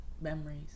memories